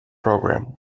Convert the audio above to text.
program